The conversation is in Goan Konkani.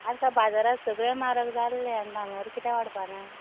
आज काल बाजाराक सगळें म्हारग जाल्ले आनी भांगर कित्याक वाडपां ना